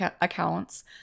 accounts